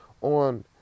on